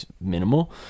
minimal